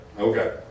Okay